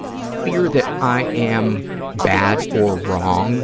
fear that i am bad or wrong